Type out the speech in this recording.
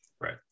Right